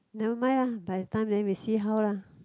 never mind ah by the time then we see how lah